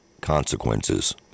consequences